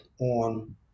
on